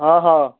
ଅ ହ